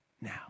now